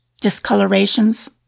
discolorations